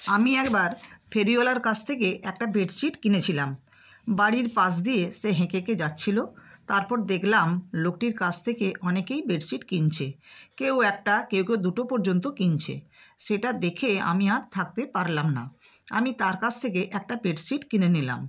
আমি একবার ফেরিওয়ালার কাছ থেকে একটা বেডশিট কিনেছিলাম বাড়ির পাশ দিয়ে সে হেঁকে হেঁকে যাচ্ছিলো তারপর দেখলাম লোকটির কাছ থেকে অনেকেই বেডশিট কিনছে কেউ একটা কেউ কেউ দুটো পর্যন্ত কিনছে সেটা দেখে আমি আর থাকতে পারলাম না আমি তার কাছ থেকে একটা বেডশিট কিনে নিলাম